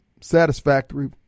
satisfactory